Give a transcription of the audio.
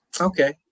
Okay